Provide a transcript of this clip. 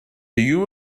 you